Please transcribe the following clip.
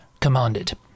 commanded